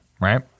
Right